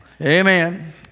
Amen